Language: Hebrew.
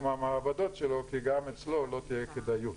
מהמעבדות שלו כי גם אצלו לא תהיה כדאיות.